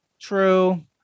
True